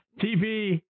TV